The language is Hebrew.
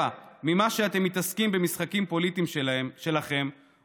ממה שאתם מתעסקים במשחקים הפוליטיים שלכם,